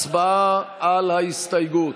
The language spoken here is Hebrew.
הצבעה על ההסתייגות.